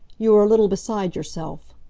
you are a little beside yourself.